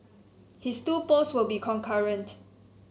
his two posts will be concurrent